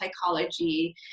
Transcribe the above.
psychology